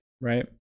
right